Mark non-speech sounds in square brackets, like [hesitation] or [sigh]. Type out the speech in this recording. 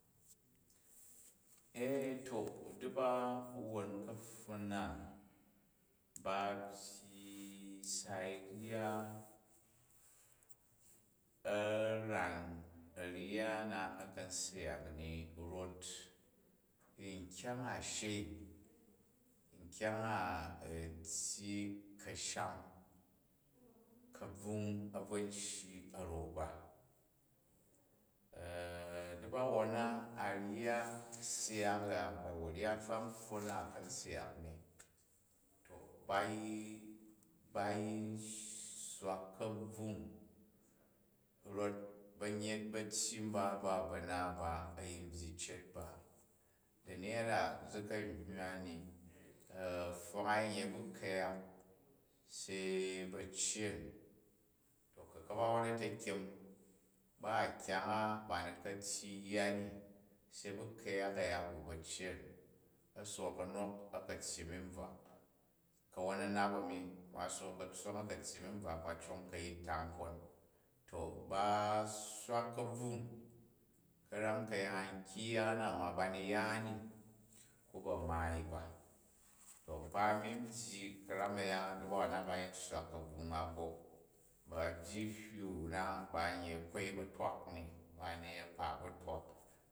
Ee to da̱bawon ka̱pwu na ba byyi sai rya, a̱ ran a̱rya na a̱ ka̱n syak ni, rot nkyang a̱ shei, nkyang u̱ tyyi ka̱sham ka̱bving a̱bvo n shyi a̱ra̱n ba [hesitation] da̱bawon na, a rya syak a, a̱nya nswak pfwon na ka̱n syak ni. To ba yi, ba yi sswa ka̱bvang rot banyet batyyi mba b ba̱na ba, a̱yin byyi cet ba, dani yada zi ka a̱ hywa ni [hesitation] pfong a yin yet bu ku̱yak se ba̱cyen. Ku̱ kabawon a ta̱kyem ba kyang a bani ka̱ tyyi yya ni se bu ku̱yak a̱ya bu ba̱cyen. A̱ sook a̱nok a̱ka̱ tyyi ni bvak, ku̱ kawon a̱nab ani ba sook ka̱tssong a̱ka̱ tyyi ni bvak ba cong kayit taug nkon. To ba sswa kabvung, ka̱ram ka̱yan kyang-ya na ma ba ni ya ni ku ba̱ maai ba. To nkpa̱ a̱mi n byyi ka̱ram aya da̱bawon na ba yin sswa ka̱bvung ma hoƙ ba byyi hywa na, ba n yei kwei ba̱twak ni. [unintelligible]